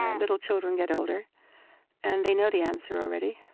ah little children get older and they know the answer already,